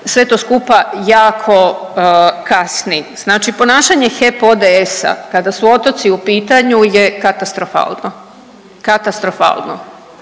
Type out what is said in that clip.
sve to skupa jako kasni. Znači ponašanje HEP ODS-a kada su otoci u pitanju je katastrofalno. Katastrofalno,